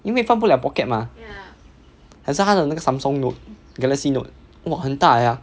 因为放不了 pocket mah 还是他的那个 Samsung note galaxy note !wah! 很大 sia